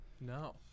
No